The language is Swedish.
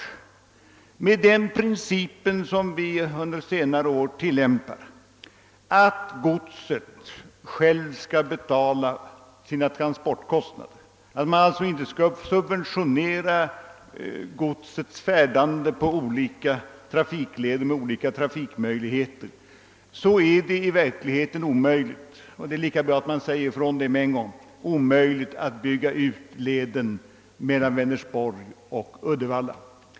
Med tillämpning av den princip som vi under senare år följt, nämligen att godset självt skall betala sina transportkostnader och att godsets transport på olika trafikleder eller med olika trafikmedel alltså inte skall subventioneras, skulle det i verkligheten vara omöj ligt — och det är bäst att omedelbart deklarera detta — att bygga ut leden mellan Vänersborg och Uddevalla.